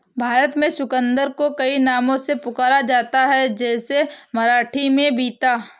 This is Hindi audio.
भारत में चुकंदर को कई नामों से पुकारा जाता है जैसे मराठी में बीता